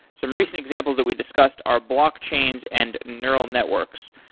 some recent examples that we discussed are blockchains and neural networks.